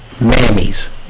Mammies